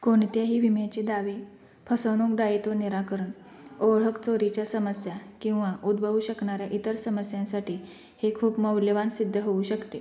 कोणत्याही विम्याचे दावे फसवणूक दायित्व निराकरण ओळख चोरीच्या समस्या किंवा उद्बवू शकणार्या इतर समस्यांसाटी हे खूप मौल्यवान सिद्ध होऊ शकते